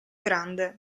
grande